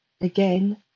again